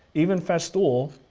even festool,